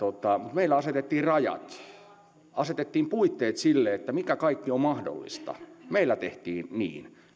meillä asetettiin rajat asetettiin puitteet sille mikä kaikki on mahdollista meillä tehtiin niin